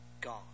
gone